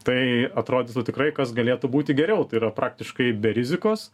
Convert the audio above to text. tai atrodytų tikrai kas galėtų būti geriau tai yra praktiškai be rizikos